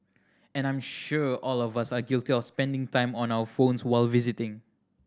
and I'm sure all of us are guilty of spending time on our phones while visiting